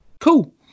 cool